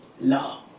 Love